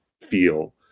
feel